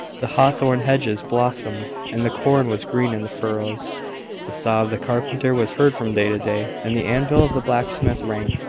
the hawthorn hedges blossomed, and the corn was green in the furrows the saw of the carpenter was heard from day to day, and the anvil of the blacksmith rang.